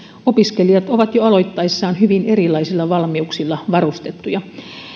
opiskelijat ovat jo aloittaessaan hyvin erilaisilla valmiuksilla varustettuja